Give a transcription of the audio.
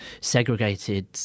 segregated